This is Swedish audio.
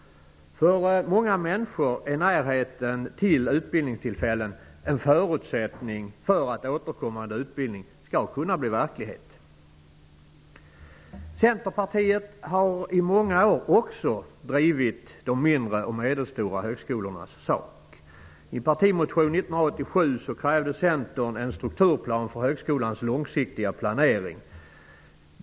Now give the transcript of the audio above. För många människor är närheten till utbildningstillfällen en förutsättning för att återkommande utbildning skall kunna bli verklighet. Centerpartiet har i många år också drivit de mindre och medelstora högskolornas sak. I en partimotion 1987 krävde Centern en strukturplan för högskolans långsiktiga planering.